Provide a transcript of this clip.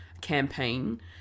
campaign